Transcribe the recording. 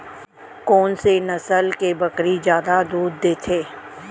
कोन से नस्ल के बकरी जादा दूध देथे